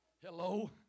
hello